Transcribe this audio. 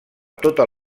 tota